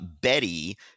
Betty